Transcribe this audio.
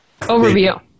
overview